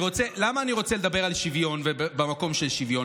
למה אני רוצה לדבר על שוויון במקום של שוויון?